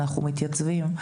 אנחנו מתייצבים.